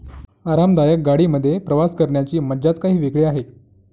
आरामदायक गाडी मध्ये प्रवास करण्याची मज्जाच काही वेगळी आहे